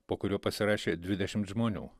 po kuriuo pasirašė dvidešimt žmonių